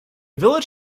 village